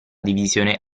divisione